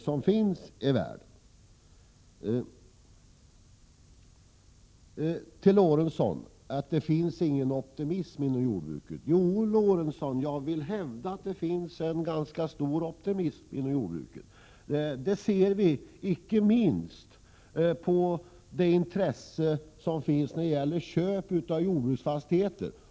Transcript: Sven Eric Lorentzon säger att det inte finns någon optimism inom jordbruket. Jo, jag vill hävda att det finns en ganska stor optimism inom jordbruket. Det ser man icke minst av intresset för köp av jordbruksfastigheter.